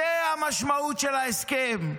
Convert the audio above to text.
זו המשמעות של ההסכם.